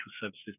Services